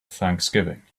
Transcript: thanksgiving